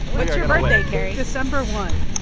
when's your birthday, carrie? december one.